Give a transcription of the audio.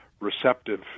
receptive